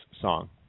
song